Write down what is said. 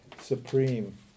supreme